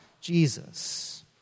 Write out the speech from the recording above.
Jesus